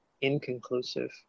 inconclusive